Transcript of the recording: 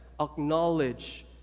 acknowledge